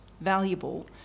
valuable